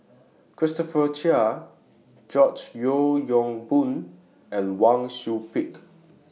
Christopher Chia George Yeo Yong Boon and Wang Sui Pick